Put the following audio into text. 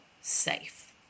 safe